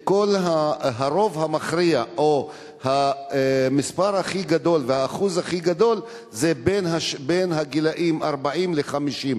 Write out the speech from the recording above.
הרוב המכריע או המספר הכי גדול והאחוז הגדול זה בגילים שבין 40 ל-50,